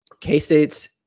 k-state's